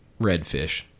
redfish